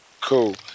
Cool